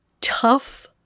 tough